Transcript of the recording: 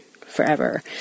forever